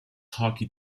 hockey